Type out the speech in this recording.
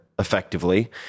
effectively